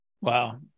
Wow